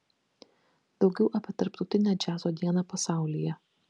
daugiau apie tarptautinę džiazo dieną pasaulyje